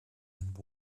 and